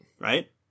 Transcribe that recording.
right